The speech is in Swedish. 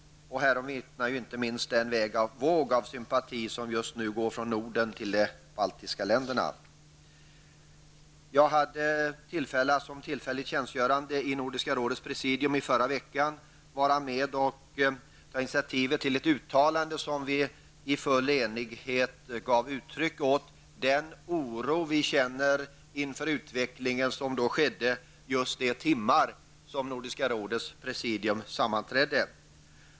Härom vittnar inte minst den våg av sympati som just nu går från Norden till de baltiska länderna. Som tillfällig tjänstgörande i Nordiska rådets presidium hade jag i förra veckan möjlighet att vara med och ta initiativ till ett uttalande där vi i full enighet gav uttryck för den oro vi känner inför den utveckling som pågick under just de timmar som Nordiska rådets presidium sammanträdde.